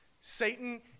Satan